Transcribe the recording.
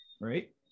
right